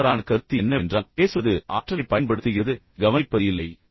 மற்றொரு தவறான கருத்து என்னவென்றால் பேசுவது ஆற்றலைப் பயன்படுத்துகிறது கவனிப்பது இல்லை